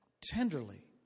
tenderly